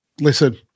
Listen